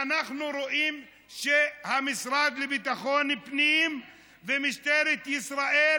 אנחנו רואים שהמשרד לביטחון פנים ומשטרת ישראל